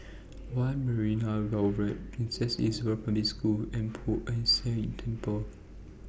one Marina Boulevard Princess Elizabeth Primary School and Poh Ern Shih Temple